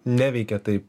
neveikia taip